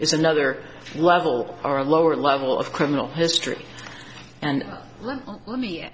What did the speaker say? is another level are a lower level of criminal history and let me